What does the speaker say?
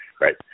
Right